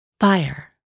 fire